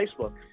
Facebook